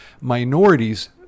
minorities